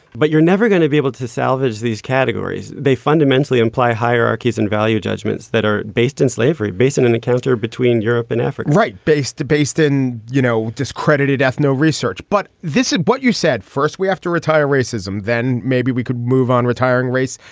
but you're never gonna be able to salvage these categories. they fundamentally imply hierarchies and value judgments that are based on and slavery based on an encounter between europe and africa. right based debased and you know discredited ethno research but this is what you said first we have to retire racism then maybe we could move on retiring race.